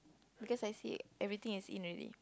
because I see everything is in already